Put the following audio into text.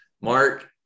Mark